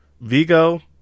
vigo